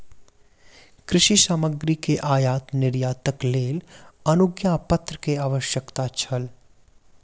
कृषि सामग्री के आयात निर्यातक लेल अनुज्ञापत्र के आवश्यकता छल